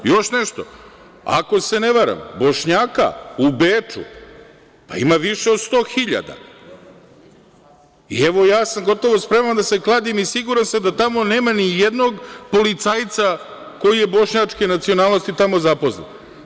I još nešto, ako se ne varam, Bošnjaka u Beču ima više od 100 hiljada i, evo, ja sam gotovo spreman da se kladim i siguran sam da nema nijednog policajca koji je bošnjačke nacionalnosti tamo zaposlen.